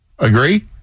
Agree